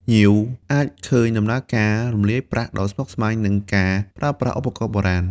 ភ្ញៀវអាចឃើញដំណើរការ រំលាយប្រាក់ ដ៏ស្មុគស្មាញ និងការប្រើប្រាស់ឧបករណ៍បុរាណ។